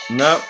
no